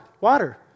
water